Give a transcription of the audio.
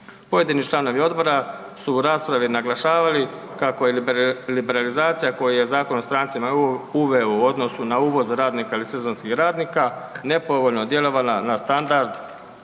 Pojedini članovi odbora su u raspravi naglašavali kako je liberalizacija koju je Zakon o strancima uveo u odnosu na uvoz radnika ili sezonskih radnika nepovoljno djelovala na standard